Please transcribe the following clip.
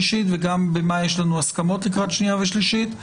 השלישית וגם במה יש לנו הסכמות לקראת הקריאה השנייה והקריאה השלישית,